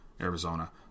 Arizona